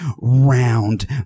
round